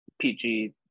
PG